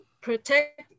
protect